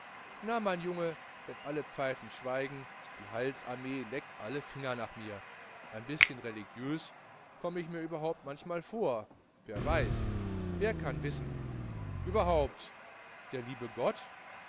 na mein junge wenn alle pfeifen schweigen die heilsarmee leckt alle finger nach mir ein bischen religiös komm ich mir überhaupt manchmal vor wer weiß wer kann wissen überhaupt der liebe gott